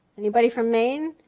anybody from maine?